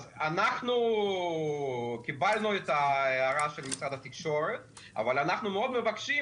אז אנחנו קיבלנו את ההערה של משרד התקשורת אבל אנחנו מאוד מבקשים